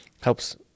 helps